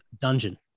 Dungeon